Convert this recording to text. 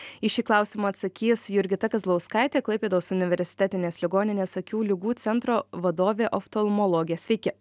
į šį klausimą atsakys jurgita kazlauskaitė klaipėdos universitetinės ligoninės akių ligų centro vadovė oftalmologė sveiki